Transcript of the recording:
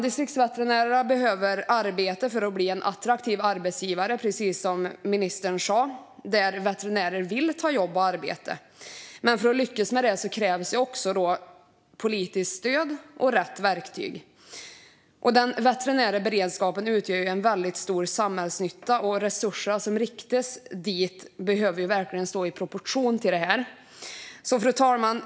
Distriktsveterinärerna behöver arbeta för att bli en attraktiv arbetsgivare, precis som ministern sa, där veterinärer vill ta jobb. Men för att lyckas med det krävs också politiskt stöd och rätt verktyg. Den veterinära beredskapen gör en väldigt stor samhällsnytta, och de resurser som riktas dit behöver stå i proportion till detta. Fru talman!